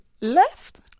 left